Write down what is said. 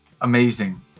Amazing